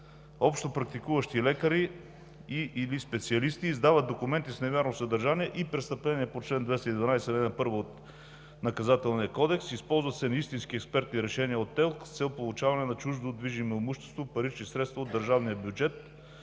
общопрактикуващи лекари и/или специалисти издават документи с невярно съдържание, и престъпления по чл. 212, ал. 1 от Наказателния кодекс – използват се неистински експертни решения от ТЕЛК с цел получаване на чуждо движимо имущество – парични средства от държавния бюджет